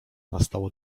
nastało